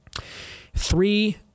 three